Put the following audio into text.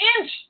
inch